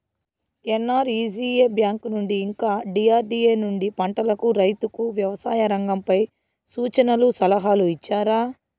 NREGA bank నుండి ఇంకా DRDA నుండి పంటలకు రైతుకు వ్యవసాయ రంగంపై సూచనలను సలహాలు ఇచ్చారా